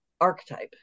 archetype